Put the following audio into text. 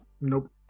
Nope